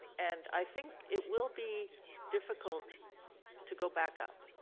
and i think it will be difficult to go back up.